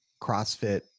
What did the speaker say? CrossFit